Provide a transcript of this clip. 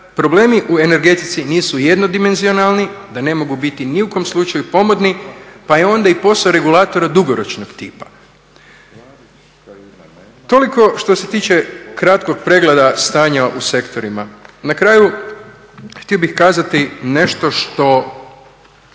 problemi u energetici nisu jednodimenzionalni, da ne mogu biti ni u kom slučaju pomodni pa je onda i posao regulatora dugoročnog tipa. Toliko što se tiče kratkog pregleda stanja u sektorima. Na kraju, htio bih kazati nešto što